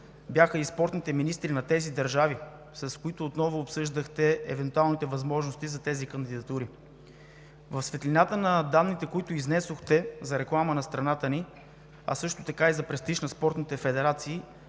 бяха и спортните министри на тези държави, с които отново обсъждахте евентуалните възможности за тези кандидатури. В светлината на данните, които изнесохте за реклама на страната ни, а също така и за престиж на спортните федерации,